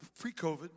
pre-COVID